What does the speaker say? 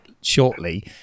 shortly